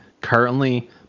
currently